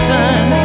Turn